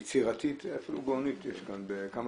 היא יצירתית, אפילו גאונית, יש כאן בתוך